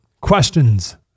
Questions